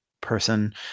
person